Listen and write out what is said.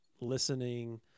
listening